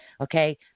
Okay